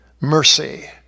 mercy